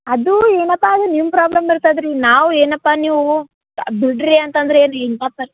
ಅದು ಏನಪ್ಪಾ ಅಂದ್ರೆ ನಿಮ್ಮ ಪ್ರಾಬ್ಲಮ್ ಇರ್ತದ ರೀ ನಾವು ಏನಪ್ಪ ನೀವು ಬಿಡ್ರಿ ಅಂತಂದರೆ ಏನು ಹಿಂಗೆ ಆಡ್ತಾರೆ